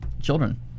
children